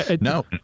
no